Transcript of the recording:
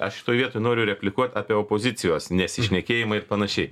aš šitoj vietoj noriu replikuot apie opozicijos nesišnekėjimą ir panašiai